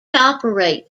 operates